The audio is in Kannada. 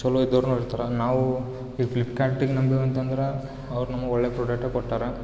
ಚಲೋ ಇದ್ದವರು ಇರ್ತಾರೆ ನಾವು ಈ ಫ್ಲಿಪ್ಕಾರ್ಟಿಗೆ ನಂಬೀವಿ ಅಂತ ಅಂದ್ರೆ ಅವ್ರು ನಮ್ಗೆ ಒಳ್ಳೆ ಪ್ರೊಡಕ್ಟ್ ಕೊಟ್ಟಾರೆ